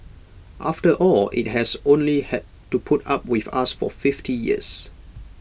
after all IT has only had to put up with us for fifty years